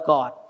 God